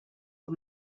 for